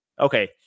okay